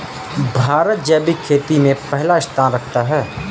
भारत जैविक खेती में पहला स्थान रखता है